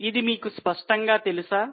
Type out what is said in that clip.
ఇది మీకు స్పష్టంగా తెలుసా